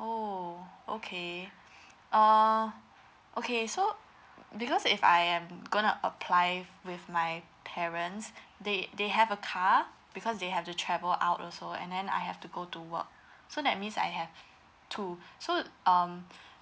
oh okay uh okay so because if I am gonna apply with my parents they they have a car because they have to travel out also and then I have to go to work so that means I have two so um